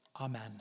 Amen